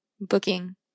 booking